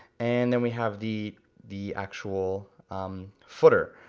and then we have the the actual footer.